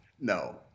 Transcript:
no